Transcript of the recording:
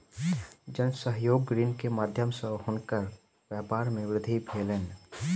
जन सहयोग ऋण के माध्यम सॅ हुनकर व्यापार मे वृद्धि भेलैन